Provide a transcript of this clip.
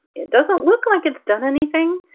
it doesn't look like it's done anything,